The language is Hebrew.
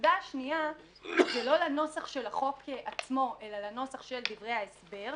הנקודה השנייה היא לא לנוסח של הצעת החוק אלא לנוסח של דברי ההסבר.